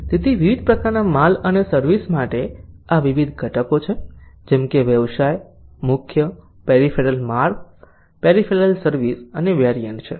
તેથી વિવિધ પ્રકારના માલ અને સર્વિસ માટે આ વિવિધ ઘટકો છે જેમ કે વ્યવસાય મુખ્ય પેરિફેરલ માલ પેરિફેરલ સર્વિસ અને વેરિયન્ટ છે